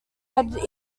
had